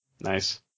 Nice